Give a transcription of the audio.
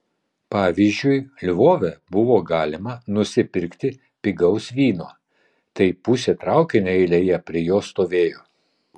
pavyzdžiui lvove buvo galima nusipirkti pigaus vyno tai pusė traukinio eilėje prie jo stovėjo